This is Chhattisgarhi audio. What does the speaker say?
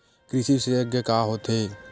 कृषि विशेषज्ञ का होथे?